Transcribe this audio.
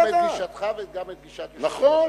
גם את גישתך וגם את גישת יושבת-ראש האופוזיציה.